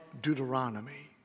Deuteronomy